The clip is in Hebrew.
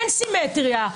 אין סימטריה.